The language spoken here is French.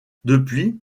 depuis